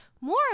more